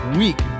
week